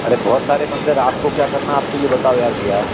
अरे बहुत सारे मंदिर आप को क्या करना आप तो ये बताओ यार भैया